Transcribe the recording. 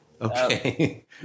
Okay